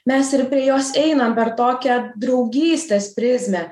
mes ir prie jos einam per tokią draugystės prizmę